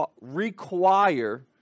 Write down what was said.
require